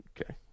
Okay